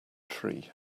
tree